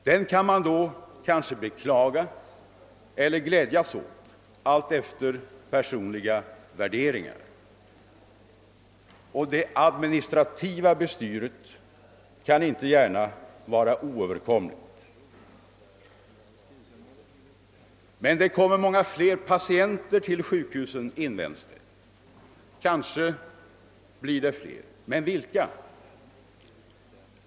Den kan man då beklaga eller glädjas åt, alltefter personliga värderingar. Och svårigheterna med det administrativa bestyret kan inte gärna vara oöverkomliga. Men det kommer många fler patienter till sjukhusen, invänds det. Kanske blir det fler. Men vilka?